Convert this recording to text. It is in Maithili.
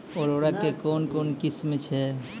उर्वरक कऽ कून कून किस्म छै?